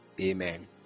Amen